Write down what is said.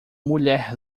mulher